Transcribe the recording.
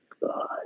God